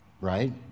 Right